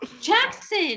Jackson